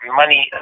money